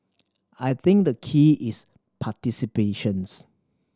I think the key is participations